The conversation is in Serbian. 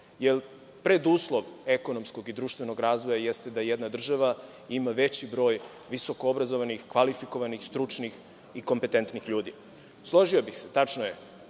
Preduslov ekonomskog i društvenog razvoja jeste da jedna država ima veći broj visoko obrazovanih, kvalifikovanih, stručnih i kompetentnih ljudi. Složio bih se, tačno je,